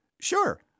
Sure